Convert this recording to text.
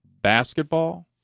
basketball